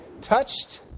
touched